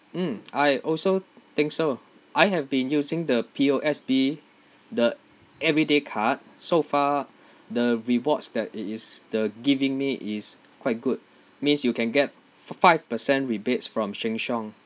mm I also think so I have been using the P_O_S_B the everyday card so far the rewards that it is the giving me is quite good means you can get f~ five percent rebates from sheng siong